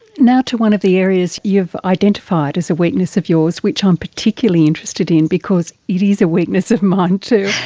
now to one of the areas you've identified as a weakness of yours, which i'm particularly interested in because it is a weakness of mine too,